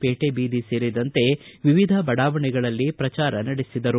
ಪೇಟೆ ಬೀದಿ ಸೇರಿದಂತೆ ವಿವಿಧ ಬಡಾವಣೆಗಳಲ್ಲಿ ಪ್ರಚಾರ ನಡೆಸಿದರು